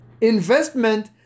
Investment